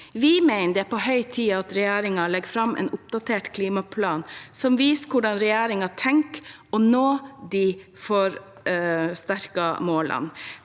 Vi mener det er på høy tid at regjeringen legger fram en oppdatert klimaplan som viser hvordan regjeringen tenker å nå de forsterkede målene,